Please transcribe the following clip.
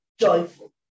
joyful